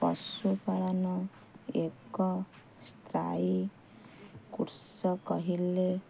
ପଶୁପାଳନ ଏକ ସ୍ଥାୟୀ କହିଲେ